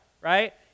right